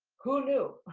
who knew,